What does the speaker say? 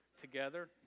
together